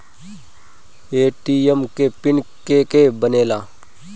ATM के PIN के के बनेला?